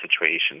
situation